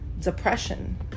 depression